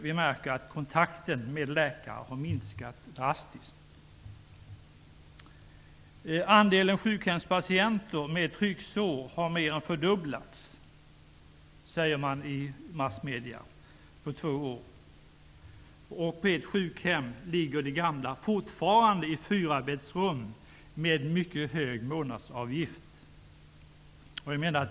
Vi märker att kontakten med läkare har minskat drastiskt. Andelen sjukhemspatienter med trycksår har mer än fördubblats på två år, säger man i massmedierna. På ett sjukhem ligger de gamla fortfarande i fyrabäddsrum med mycket hög månadsavgift.